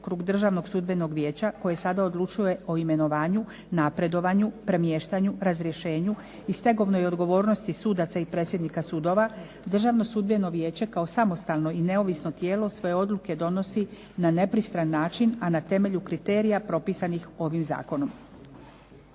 Državnog sudbenog vijeća koje sada odlučuje o imenovanju, napredovanju, premještanju i razrješenju i stegovnoj odgovornosti sudaca i predsjednika sudova Državno sudbeno vijeće kao samostalno i neovisno tijelo svoje odluke donosi na nepristran način a na temelju kriterija propisanih ovim zakonom.